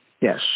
Yes